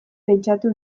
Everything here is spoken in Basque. pentsatu